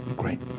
great